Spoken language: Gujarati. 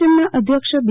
એમના અધ્યક્ષ બી